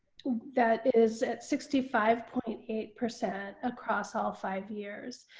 that is sixty five point eight percent across all five years.